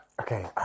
Okay